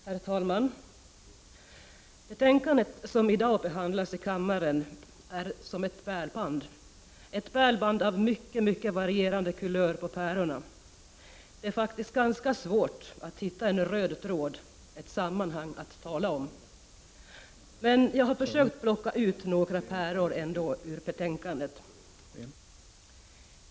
Herr talman! Betänkandet, som i dag behandlas i kammaren, är som ett pärlband, ett pärlband med mycket varierande kulör på pärlorna. Det är faktiskt ganska svårt att hitta en röd tråd, ett sammanhang att tala om. Jag har ändå försökt plocka ut några pärlor från betänkandet.